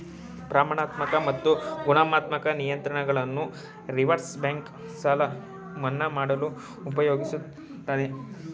ಪ್ರಮಾಣಾತ್ಮಕ ಮತ್ತು ಗುಣಾತ್ಮಕ ನಿಯಂತ್ರಣಗಳನ್ನು ರಿವರ್ಸ್ ಬ್ಯಾಂಕ್ ಸಾಲ ಮನ್ನಾ ಮಾಡಲು ಉಪಯೋಗಿಸುತ್ತದೆ